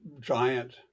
giant